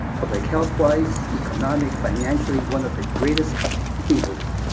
public health-wise, economic, financially, one of the greatest upheavals